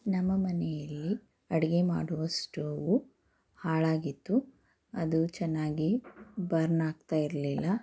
ನಮ್ಮ ಮನೆಯಲ್ಲಿ ಅಡುಗೆ ಮಾಡುವ ಸ್ಟೋವು ಹಾಳಾಗಿತ್ತು ಅದು ಚೆನ್ನಾಗಿ ಬರ್ನ್ ಆಗ್ತಾ ಇರಲಿಲ್ಲ